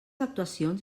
actuacions